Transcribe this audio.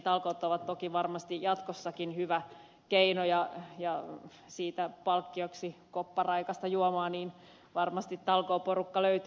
talkoot ovat toki varmasti jatkossakin hyvä keino ja kun siitä tulee palkkioksi koppa raikasta juomaa niin varmasti talkooporukkaa löytyy